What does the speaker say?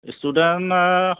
student